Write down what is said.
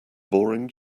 boring